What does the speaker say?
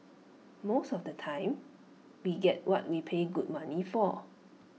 most of the time we get what we pay good money for